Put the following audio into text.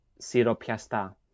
siropiasta